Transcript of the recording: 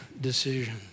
decision